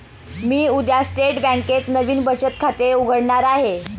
मी उद्या स्टेट बँकेत नवीन बचत खाते उघडणार आहे